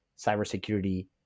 cybersecurity